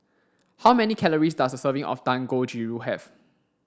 how many calories does a serving of Dangojiru have